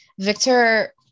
Victor